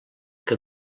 que